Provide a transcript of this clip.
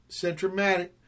Centromatic